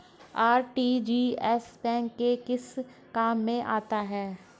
RTGS bank के किस काम में आता है?